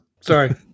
Sorry